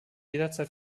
jederzeit